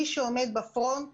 מי שעומד בפרונט